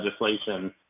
legislation